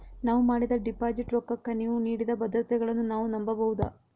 ನಾವು ಮಾಡಿದ ಡಿಪಾಜಿಟ್ ರೊಕ್ಕಕ್ಕ ನೀವು ನೀಡಿದ ಭದ್ರತೆಗಳನ್ನು ನಾವು ನಂಬಬಹುದಾ?